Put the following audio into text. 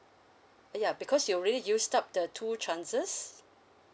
ah ya because you already used up the two chances